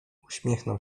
uśmiechnął